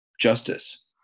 justice